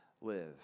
live